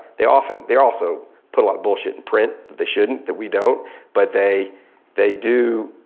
they often, they also put a lot of bullshit in print they shouldn't that we don't but they they do,